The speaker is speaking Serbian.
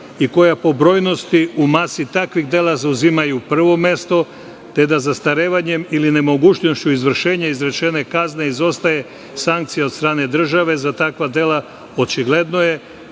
i koja po brojnosti u masi takvih dela zauzimaju prvo mesto, te da zastarevanjem ili nemogućnošću izvršenja izrečene kazne izostaje sankcija od strane države za takva dela, očigledno je